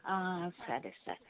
సరే సరే